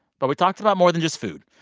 but we talked about more than just food.